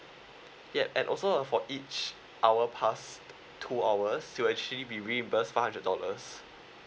ya and also ah for each hour passed two hours so actually we reimburse five hundred dollars